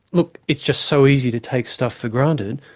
look, it's just so easy to take stuff for granted,